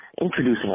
Introducing